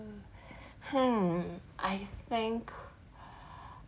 hmm I think